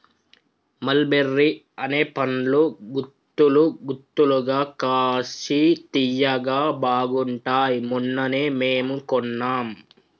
మల్ బెర్రీ అనే పండ్లు గుత్తులు గుత్తులుగా కాశి తియ్యగా బాగుంటాయ్ మొన్ననే మేము కొన్నాం